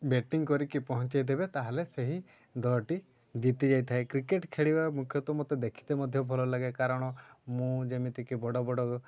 batting କରିକି ପହଞ୍ଚେଇ ଦେବେ ତା'ହେଲେ ସେହି ଦଳଟି ଜିତି ଯାଇଥାଏ କ୍ରିକେଟ୍ ଖେଳିବା ମୁଖ୍ୟତଃ ମୋତେ ଦେଖି ତ ମଧ୍ୟ ଭଲ ଲାଗେ କାରଣ ମୁଁ ଯେମିତିକି ବଡ଼ ବଡ଼